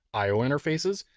i o interfaces,